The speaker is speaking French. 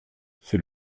c’est